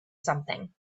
something